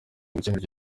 gukemura